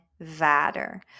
vader